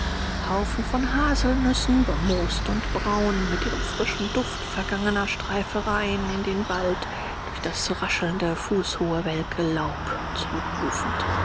haufen von haselnüssen bemoost und braun mit ihrem frischen duft vergangene streifereien in den wald durch das raschelnde fußhohe welke laub zurückrufend